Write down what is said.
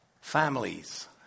Families